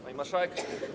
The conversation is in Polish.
Pani Marszałek!